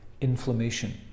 inflammation